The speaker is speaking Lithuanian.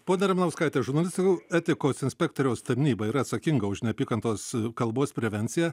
ponia ramanauskaite žurnalistų etikos inspektoriaus tarnyba yra atsakinga už neapykantos kalbos prevenciją